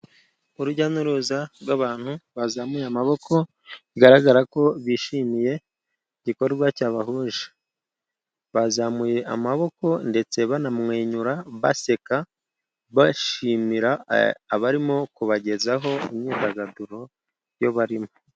Urujya n'uruza rw'abantu bazamuye amaboko, bigaragara ko bishimiye igikorwa cyabahuje. Bazamuye amaboko ndetse banamwenyura baseka, bashimira abarimo kubagezaho imyidagaduro yo barimo.